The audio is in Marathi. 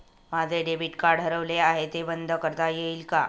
माझे डेबिट कार्ड हरवले आहे ते कसे बंद करता येईल?